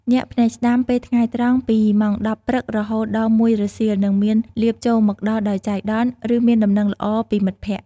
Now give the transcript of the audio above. ញាក់ភ្នែកស្តាំ ពេលថ្ងៃត្រង់ ពីម៉ោង ១០ ព្រឹក រហូតដល់ ១ រសៀល នឹងមានលាភចូលមកដល់ដោយចៃដន្យ ឬមានដំណឹងល្អពីមិត្តភក្តិ។